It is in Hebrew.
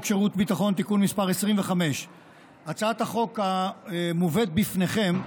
שירות ביטחון (תיקון מס' 26). הצעת החוק המובאת בפניכם,